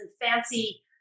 fancy